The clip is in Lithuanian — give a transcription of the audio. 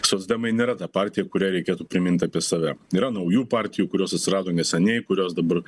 socdemai nėra ta partija kuriai reikėtų priminti apie save yra naujų partijų kurios atsirado neseniai kurios dabar